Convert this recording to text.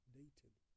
dating